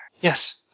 Yes